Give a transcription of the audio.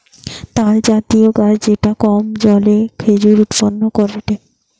তালজাতীয় গাছ যেটা কম জলে খেজুর উৎপাদন করেটে